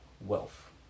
Wealth